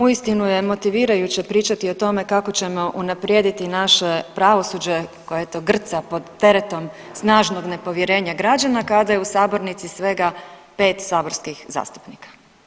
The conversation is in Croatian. Uistinu je motivirajuće pričati o tome kako ćemo unaprijediti naše pravosuđe koje eto grca pod teretom snažnog nepovjerenja građana kada je u sabornici svega pet saborskih zastupnika.